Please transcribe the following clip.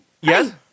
Yes